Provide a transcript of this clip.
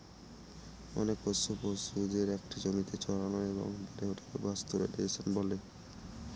অনেক পোষ্য পশুদের একটা জমিতে চড়ানো এবং বেড়ে ওঠাকে পাস্তোরেলিজম বলে